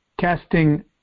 casting